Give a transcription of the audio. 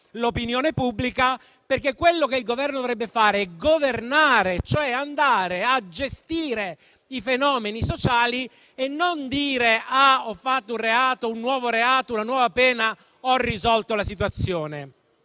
l'opinione pubblica, perché quello che il Governo dovrebbe fare è governare, cioè gestire i fenomeni sociali e non dire di aver introdotto un nuovo reato o una nuova pena e aver così risolto la situazione,